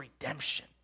redemption